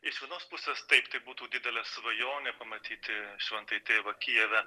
iš vienos pusės taip tai būtų didelė svajonė pamatyti šventąjį tėvą kijeve